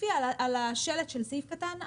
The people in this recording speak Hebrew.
תוסיפי על השלט של סעיף קטן (א)